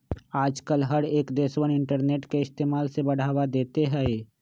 आजकल हर एक देशवन इन्टरनेट के इस्तेमाल से बढ़ावा देते हई